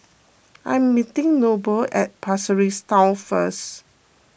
I am meeting Noble at Pasir Ris Town first